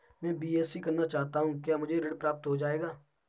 मैं बीएससी करना चाहता हूँ क्या मुझे ऋण प्राप्त हो जाएगा?